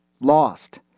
lost